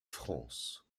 france